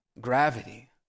Gravity